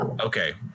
Okay